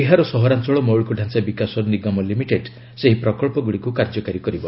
ବିହାର ସହରାଞ୍ଚଳ ମୌଳିକଢାଞ୍ଚା ବିକାଶ ନିଗମ ଲିମିଟେଡ୍ ସେହି ପ୍ରକଳ୍ପଗୁଡ଼ିକୁ କାର୍ଯ୍ୟକାରୀ କରାଇବ